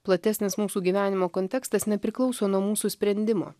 platesnis mūsų gyvenimo kontekstas nepriklauso nuo mūsų sprendimo